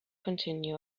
continue